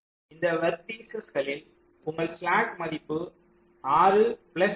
இந்த வெர்டெக்ஸில் உங்கள் ஸ்லாக் மதிப்பு 6 பிளஸ் 6